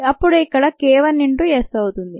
అప్పుడు ఇక్కడ k1 into S అవుతుంది